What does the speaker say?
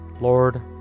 Lord